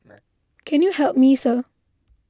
can you help me sir